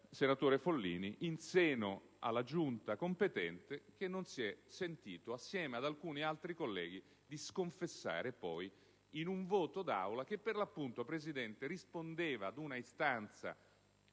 senatore Follini in seno alla Giunta competente, che non si è sentito, assieme ad alcuni altri colleghi, di sconfessare poi in un voto d'Aula che, per l'appunto, Presidente, rispondeva ad una istanza